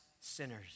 sinners